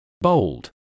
bold